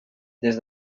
des